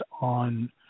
on